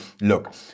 look